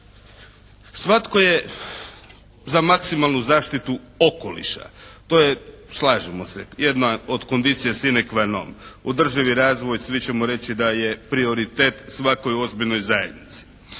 Svatko je za maksimalnu zaštitu okoliša, to je slažemo se jedna od kondicija sine qanom. Održivi razvoj svi ćemo reći da je prioritet svakoj ozbiljnoj zajednici.